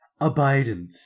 Abidance